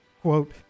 quote